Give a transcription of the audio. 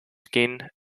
skin